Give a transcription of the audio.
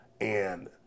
And-